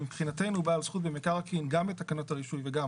מבחינתנו בעל זכות במקרקעין גם בתקנות הרישוי וגם